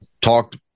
talked